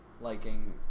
liking